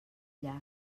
llac